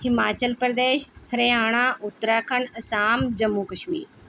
Himachal Pradesh Haryana Uttarakhand Assam Jammu Kashmir